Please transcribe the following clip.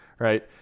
Right